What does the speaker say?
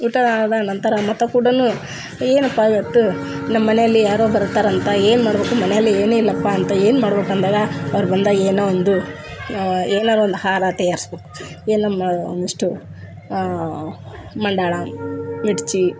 ಊಟ ಆದ ನಂತರ ಮತ್ತು ಕೂಡಾನೂ ಏನಪ್ಪ ಇವತ್ತು ನಮ್ಮ ಮನೆಯಲ್ಲಿ ಯಾರೋ ಬರ್ತಾರಂತ ಏನು ಮಾಡ್ಬೇಕು ಮನೆಯಲ್ಲಿ ಏನಿಲ್ಲಪ್ಪ ಅಂತ ಏನು ಮಾಡ್ಬೇಕು ಅಂದಾಗ ಅವ್ರು ಬಂದಾಗ ಏನೋ ಒಂದು ಏನಾರ ಒಂದು ಆಹಾರ ತಯಾರಿಸ್ಬೇಕ್ ಏನು ಇಷ್ಟು ಮಂಡಾಳ ಮಿರ್ಚಿ